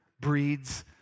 breeds